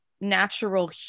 natural